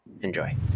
Enjoy